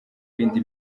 bindi